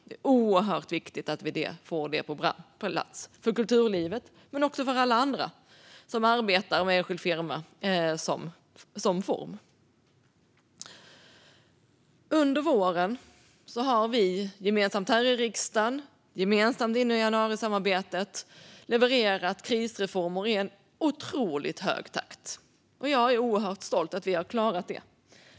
Det är oerhört viktigt att vi får det på plats, för kulturlivet men också för alla andra som har enskild firma. Under våren har vi gemensamt här i riksdagen och gemensamt inom januarisamarbetet levererat krisreformer i en otroligt hög takt. Jag är oerhört stolt över att vi har klarat det.